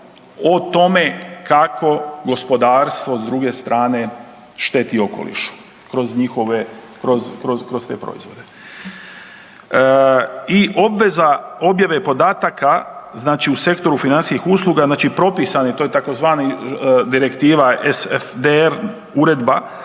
o tome kako gospodarstvo s druge strane šteti okolišu kroz njihove, kroz, kroz, kroz te proizvode. I obveza objave podataka znači u sektoru financijskih usluga, znači propisan je, to je tzv. direktiva SFDR uredba,